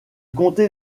comté